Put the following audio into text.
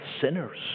sinners